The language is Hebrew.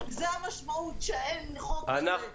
זה המשמעות שאין מחוק כזה.